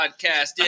podcast